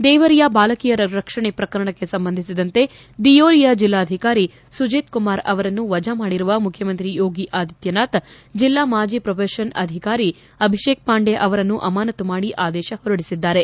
ದೇವರಿಯಾ ಬಾಲಕಿಯರ ರಕ್ಷಣೆ ಪ್ರಕರಣಕ್ಕೆ ಸಂಬಂಧಿಸಿದಂತೆ ದಿವೋರಿಯಾ ಜಿಲ್ಲಾಧಿಕಾರಿ ಸುಜಿತ್ಕುಮಾರ್ ಅವರನ್ನು ವಜಾ ಮಾಡಿರುವ ಮುಖ್ಯಮಂತ್ರಿ ಯೋಗಿ ಆದಿತ್ಯನಾಥ್ ಜೆಲ್ಲಾ ಮಾಜಿ ಪ್ರೊಬೆಷನ್ ಅಧಿಕಾರಿ ಅಭಿಷೇಕ್ ಪಾಂಡೆ ಅವರನ್ನು ಅಮಾನತು ಮಾಡಿ ಆದೇಶ ಹೊರಡಿಸಿದ್ದಾರೆ